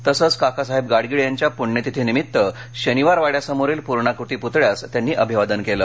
तसंच काकासाहेब गाडगीळ यांच्या पुण्यतिथी निमित्त शनिवारवाडासमोरील पूर्णाकृती पुतळ्यास त्यांनी अभिवादन केलं